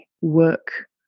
work